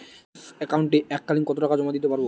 Savings একাউন্টে এক কালিন কতটাকা জমা দিতে পারব?